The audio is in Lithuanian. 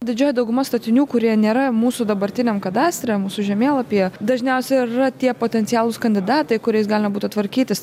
didžioji dauguma statinių kurie nėra mūsų dabartiniam kadastre mūsų žemėlapyje dažniausia ir yra tie potencialūs kandidatai kuriais galima būtų tvarkytis